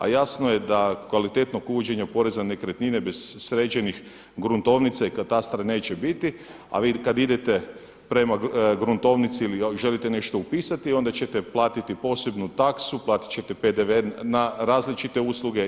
A jasno je da kvalitetnog uvođenja poreza na nekretnine bez sređenih gruntovnica i katastara neće biti, a vi kad idete prema gruntovnici ili želite nešto upisati onda ćete platiti posebnu taksu, platit ćete PDV na različite usluge.